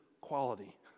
quality